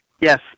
Yes